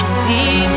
see